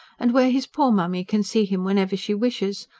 and where his poor mammy can see him whenever she wishes.